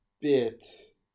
bit